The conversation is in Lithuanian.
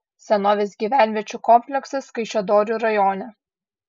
senovės gyvenviečių kompleksas kaišiadorių rajone